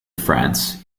france